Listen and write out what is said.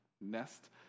nest